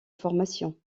formation